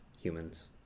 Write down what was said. humans